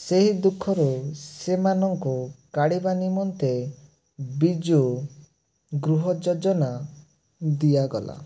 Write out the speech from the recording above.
ସେହି ଦୁଃଖରେ ସେମାନଙ୍କୁ କାଢ଼ିବା ନିମନ୍ତେ ବିଜୁ ଗୃହ ଯୋଜନା ଦିଆଗଲା